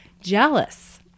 jealous